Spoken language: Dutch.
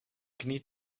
knie